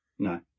No